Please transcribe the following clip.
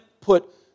put